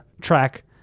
track